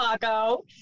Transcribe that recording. Paco